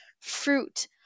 fruit